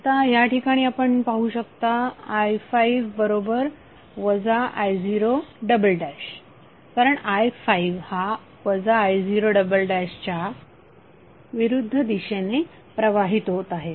आता या ठिकाणी आपण पाहू शकता i5 i0 कारण i5 हा i0 च्या विरुद्ध दिशेने प्रवाहित होत आहे